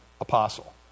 apostle